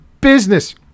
business